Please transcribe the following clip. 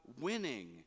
winning